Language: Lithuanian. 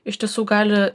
iš tiesų gali